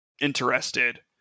interested